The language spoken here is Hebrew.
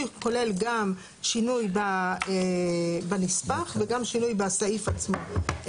כולל גם שינוי בנספח וגם שינוי בסעיף עצמו.